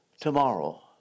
tomorrow